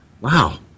Wow